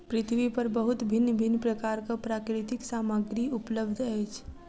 पृथ्वी पर बहुत भिन्न भिन्न प्रकारक प्राकृतिक सामग्री उपलब्ध अछि